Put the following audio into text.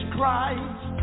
Christ